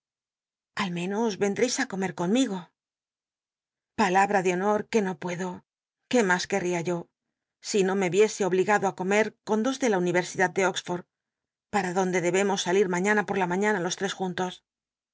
al menos endreis á comer conmigo palabra de honor que no puedo qué mas querl'ia yo si no me viese obligado t comet con dos de la uni ersidad de oxford para donde debemos salir mañana por la mañana los tres juntos